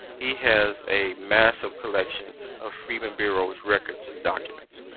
he has a massive collection of freedmen bureau's records and documents.